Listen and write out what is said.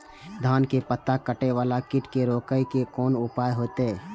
धान के पत्ता कटे वाला कीट के रोक के कोन उपाय होते?